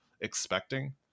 expecting